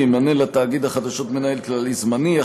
ימנה לתאגיד החדשות מנהל כללי זמני.